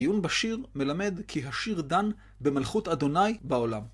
עיון בשיר מלמד כי השיר דן במלכות ה' בעולם.